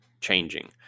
changing